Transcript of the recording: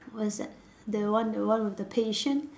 what is that the one the one with the patient